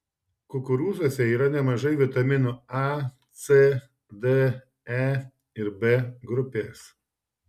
kukurūzuose yra nemažai vitaminų a c d e ir b grupės